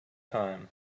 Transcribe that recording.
time